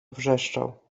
wrzeszczał